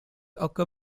occur